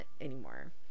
anymore